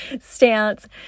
stance